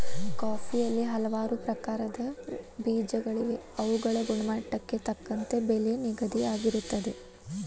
ಕಾಫಿಯಲ್ಲಿ ಹಲವಾರು ಪ್ರಕಾರದ ಬೇಜಗಳಿವೆ ಅವುಗಳ ಗುಣಮಟ್ಟಕ್ಕೆ ತಕ್ಕಂತೆ ಬೆಲೆ ನಿಗದಿಯಾಗಿರುತ್ತದೆ